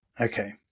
Okay